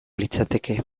litzateke